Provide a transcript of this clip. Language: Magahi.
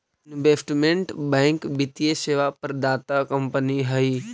इन्वेस्टमेंट बैंक वित्तीय सेवा प्रदाता कंपनी हई